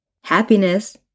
Happiness